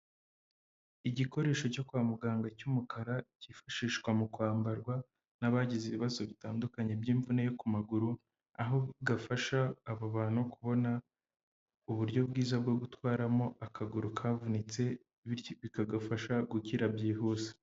Igikoresho cyo kwa muganga cy'umukara, kifashishwa mu kwambarwa n'abagize ibibazo bitandukanye by'imvune yo ku maguru, aho gafasha abo bantu kubona, uburyo bwiza bwo gutwaramo akaguru kavunitse, bityo bikagafasha gukira byihuse.